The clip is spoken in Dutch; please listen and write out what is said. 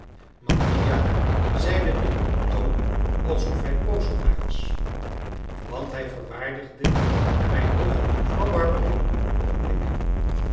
mattia zeide dit op een toon alsof hij boos op mij was want hij verwaardigde mij noch vrouw barberin met een blik